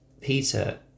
Peter